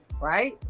right